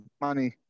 money